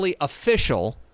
official